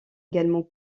également